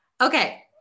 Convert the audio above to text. Okay